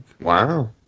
Wow